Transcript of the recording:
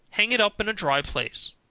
hang it up in a dry place,